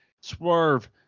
swerve